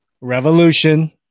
Revolution